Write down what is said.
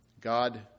God